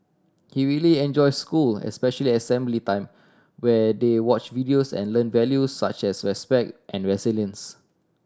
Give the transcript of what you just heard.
he really enjoy school especially assembly time where they watch videos and learn values such as respect and resilience